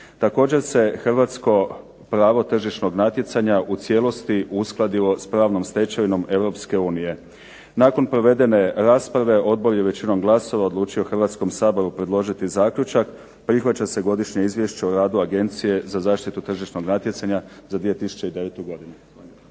Također se hrvatsko pravo tržišnog natjecanja u cijelosti uskladilo s pravnom stečevinom EU. Nakon provedene rasprave odbor je većinom glasova odlučio Hrvatskom saboru predložiti zaključak, prihvaća se godišnje izvješće o radu Agencije za zaštitu tržišnog natjecanja za 2009. godinu.